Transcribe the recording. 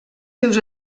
seus